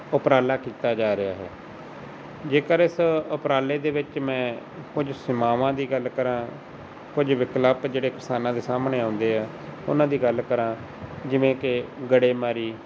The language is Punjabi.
ਉਪਰਾਲਾ ਕੀਤਾ ਜਾ ਰਿਹਾ ਹੈ ਜੇਕਰ ਇਸ ਉਪਰਾਲੇ ਦੇ ਵਿੱਚ ਮੈਂ ਕੁਝ ਸੀਮਾਵਾਂ ਦੀ ਗੱਲ ਕਰਾਂ ਕੁਝ ਵਿਕਲਪ ਜਿਹੜੇ ਕਿਸਾਨਾਂ ਦੇ ਸਾਹਮਣੇ ਆਉਂਦੇ ਹੈ ਉਹਨਾਂ ਦੀ ਗੱਲ ਕਰਾਂ ਜਿਵੇਂ ਕਿ ਗੜੇਮਾਰੀ